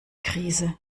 krise